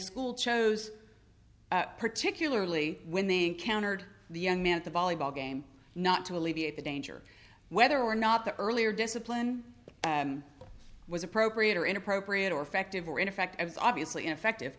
school chose particularly when they encountered the young man at the volleyball game not to alleviate the danger whether or not the earlier discipline was appropriate or inappropriate or effective or in effect as obviously ineffective